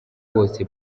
bose